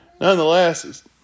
nonetheless